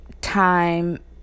time